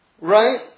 right